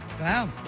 Wow